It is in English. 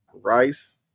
Rice